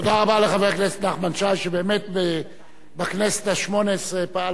שבאמת פעל רבות בכנסת השמונה-עשרה בנושא התקשורת.